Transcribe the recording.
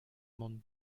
mont